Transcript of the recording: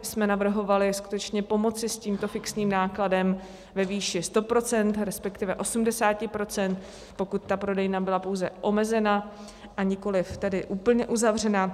My jsme navrhovali skutečně pomoci s tímto fixním nákladem ve výši 100 %, resp. 80 %, pokud ta prodejna byla pouze omezena, nikoli úplně uzavřena.